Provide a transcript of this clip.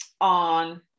on